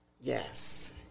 Yes